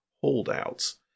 holdouts